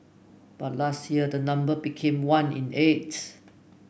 but last year the number became one in eight